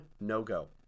no-go